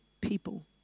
people